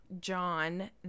John